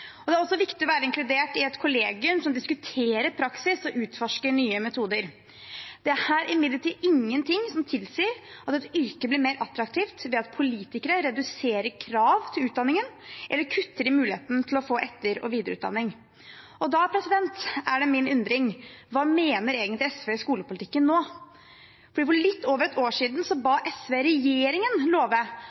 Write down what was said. imidlertid ingenting som tilsier at et yrke blir mer attraktivt ved at politikere reduserer krav til utdanningen eller kutter i muligheten til å få etter- og videreutdanning. Da er det min undring: Hva mener egentlig SV i skolepolitikken nå? For for litt over et år siden ba SV regjeringen